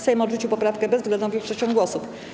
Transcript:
Sejm odrzucił poprawkę bezwzględną większością głosów.